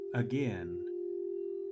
Again